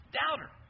doubter